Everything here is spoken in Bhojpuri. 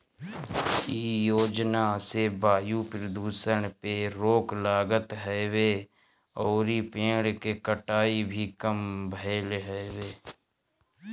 इ योजना से वायु प्रदुषण पे रोक लागत हवे अउरी पेड़ के कटाई भी कम भइल हवे